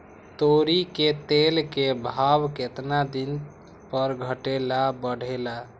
तोरी के तेल के भाव केतना दिन पर घटे ला बढ़े ला?